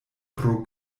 pro